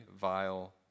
vile